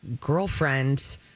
girlfriend